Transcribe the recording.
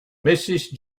mrs